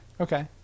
Okay